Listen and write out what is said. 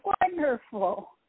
wonderful